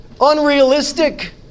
Unrealistic